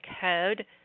code